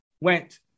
went